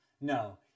No